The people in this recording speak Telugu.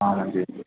మంచిది